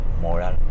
moral